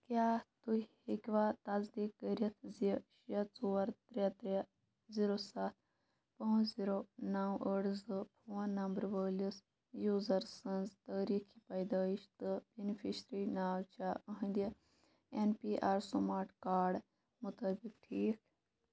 کیٛاہ تُہۍ ہیٚکوا تصدیٖق کٔرِتھ زِ شےٚ ژور ترٛےٚ ترٛےٚ زیٖرو سَتھ پٲنٛژ زیٖرو نَو ٲٹھ زٕ فون نمبرٕ وٲلِس یوٗزر سٕنٛز تٲریٖخِ پیدٲئش تہٕ بینِفیشری ناو چھا أہٕنٛدِ N P R smart card مُطٲبق ٹھیٖک